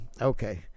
Okay